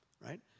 right